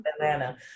atlanta